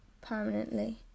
permanently